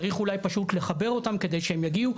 צריך אולי פשוט לחבר אותם כדי שהם יגיעו,